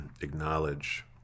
Acknowledge